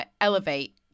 elevate